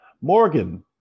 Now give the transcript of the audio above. Morgan